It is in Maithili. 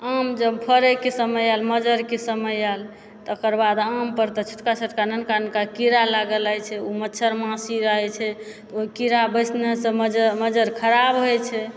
आम जब फड़यके समय आयल मजरके समय आयल तकर बाद आमपर तऽ छोटका छोटका ननका ननका कीड़ा लागल रहय छै उ मच्छर मासी रहय छै ओइ कीड़ा बैसनेसँ मजर मजर खराब होइ छै